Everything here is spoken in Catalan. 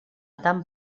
tan